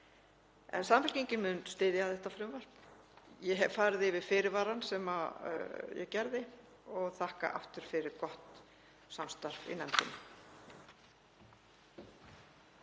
En Samfylkingin mun styðja þetta frumvarp. Ég hef farið yfir fyrirvarann sem ég gerði og þakka aftur fyrir gott samstarf í nefndinni.